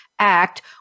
act